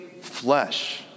flesh